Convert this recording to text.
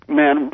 men